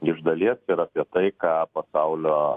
iš dalies ir apie tai ką pasaulio